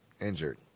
injured